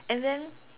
and then